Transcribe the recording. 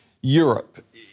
Europe